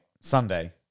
Sunday